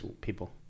people